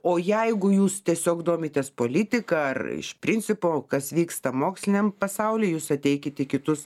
o jeigu jūs tiesiog domitės politika ar iš principo kas vyksta moksliniam pasauly jūs ateikit į kitus